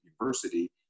University